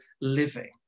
living